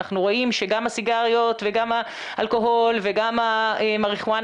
אנחנו רואים שגם הסיגריות וגם האלכוהול וגם המריחואנה